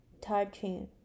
touching